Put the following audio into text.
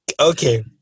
Okay